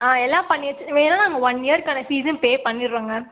ஆ எல்லாம் பண்ணியாச்சு வேணால் நாங்கள் ஒன் இயர் கழிச்சி இதும் பே பண்ணிடறோங்க